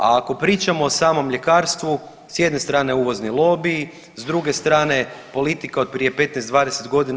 A ako pričamo o samom mljekarstvu s jedne strane uvozni lobiji, s druge strane politika od prije 15, 20 godina.